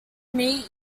meat